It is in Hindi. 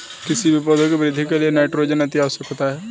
किसी भी पौधे की वृद्धि के लिए नाइट्रोजन अति आवश्यक होता है